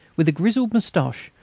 with a grizzled moustache,